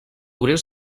obrir